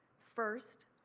first,